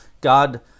God